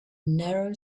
narrow